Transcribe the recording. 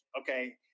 okay